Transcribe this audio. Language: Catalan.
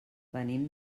venim